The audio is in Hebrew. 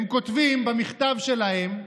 הם כותבים במכתב שלהם: